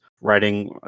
writing